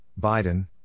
Biden